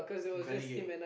very good